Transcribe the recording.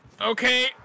Okay